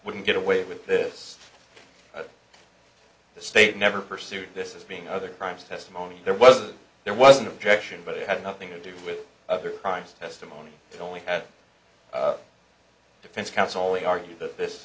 wouldn't get away with this but the state never pursued this as being other crimes testimony there was a there was an objection but it had nothing to do with other crimes testimony only had defense counsel we argued that this